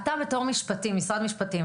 בתור משרד משפטים,